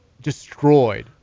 destroyed